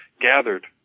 gathered